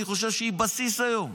אני חושב שהיא בסיס היום,